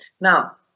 Now